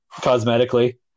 Cosmetically